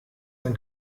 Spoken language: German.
ein